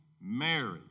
Mary